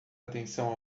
atenção